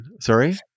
Sorry